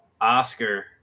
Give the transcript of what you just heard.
Oscar